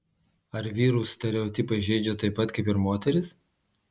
ar vyrus stereotipai žeidžia taip pat kaip ir moteris